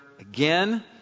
again